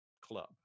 club